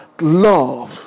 love